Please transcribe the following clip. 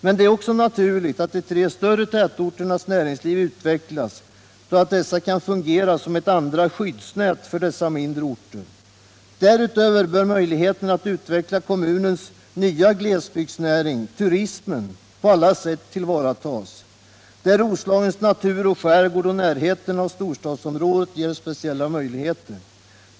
Men det är också naturligt, att de tre större tätorternas näringsliv utvecklas så att dessa kan fungera som ett andra skyddsnät för dessa mindre orter. Därutöver bör möjligheterna att utveckla kommunens nya glesbygdsnäring, turismen, på alla sätt tillvaratas, där Roslagens natur och skärgård och närheten till storstadsområdet ger speciella möjligheter.